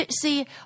See